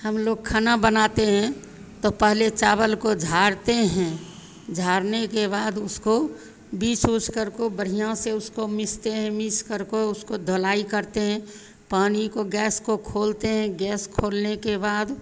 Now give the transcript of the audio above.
हमलोग खाना बनाते हैं तो पहले चावल को झाड़ते हैं झाड़ने के बाद उसको बीछ उछकर खूब बढ़ियाँ से उसको मीसते हैं मीसकर को उसकी धुलाई करते हैं पानी को गैस को खोलते हैं गैस खोलने के बाद